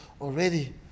already